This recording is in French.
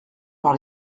par